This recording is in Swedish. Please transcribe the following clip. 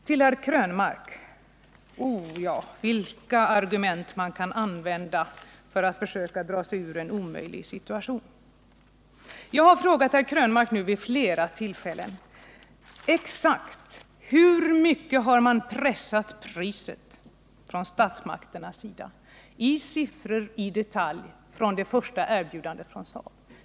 Till herr Krönmark: O ja, vilka argument man kan använda för att försöka dra sig ur en omöjlig situation! Jag har frågat herr Krönmark vid flera tillfällen: Exakt hur mycket har man från statsmakternas sida pressat priset, i siffror och i detalj, räknat från det första erbjudandet från Saab?